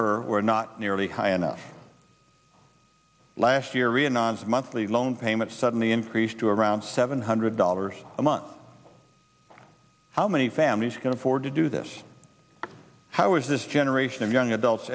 her were not nearly high enough last year in oz monthly loan payments suddenly increased to around seven hundred dollars a month how many families can afford to do this how is this generation of young adults